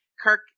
Kirk